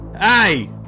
Hey